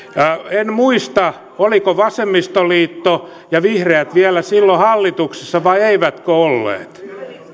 en muista olivatko vasemmistoliitto ja vihreät vielä silloin hallituksessa vai eivätkö olleet